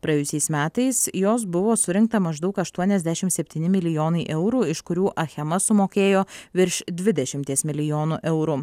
praėjusiais metais jos buvo surinkta maždaug aštuoniasdešim septyni milijonai eurų iš kurių achema sumokėjo virš dvidešimties milijonų eurų